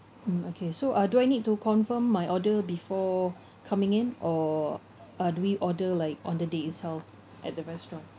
mm okay so uh do I need to confirm my order before coming in or uh do we order like on the day itself at the restaurant